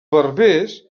berbers